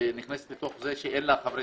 שנכנסת לתוך זה שאין לה חברי